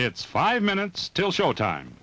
it's five minutes til show time